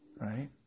Right